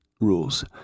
rules